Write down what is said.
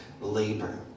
labor